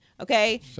Okay